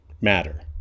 matter